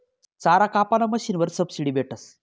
चारा कापाना मशीनवर सबशीडी भेटस